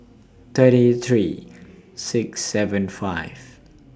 thirty three six seven five